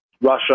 Russia